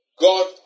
God